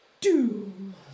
Doom